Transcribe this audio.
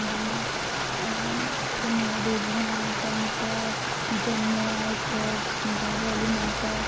जि'यां इत्थै नौ देवियां बाबा धनसर जम्मू ऐ इक बाबे आह्ली माता